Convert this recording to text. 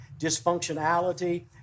dysfunctionality